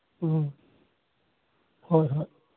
ꯎꯝ ꯍꯣꯏ ꯍꯣꯏ